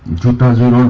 to